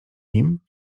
nim